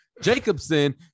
Jacobson